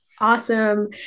Awesome